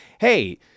hey